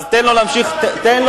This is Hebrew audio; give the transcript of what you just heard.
אני, אז תן לו להמשיך לדבר.